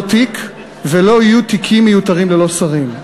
תיק ולא יהיו תיקים מיותרים ללא שרים.